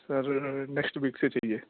سر next week سے چاہیے